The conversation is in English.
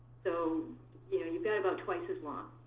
so you know you've got about twice as long.